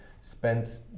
spent